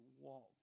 walk